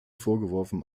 vorgeworfen